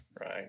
right